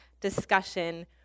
discussion